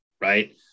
right